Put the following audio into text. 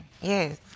Yes